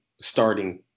starting